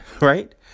right